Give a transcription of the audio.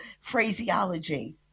phraseology